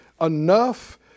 Enough